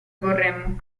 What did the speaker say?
vorremmo